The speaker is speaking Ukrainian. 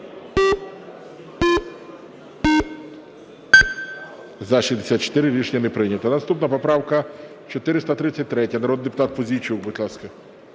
За-64 Рішення не прийнято. Наступна поправка 433. Народний депутат Пузійчук, будь ласка.